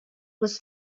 was